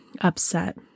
upset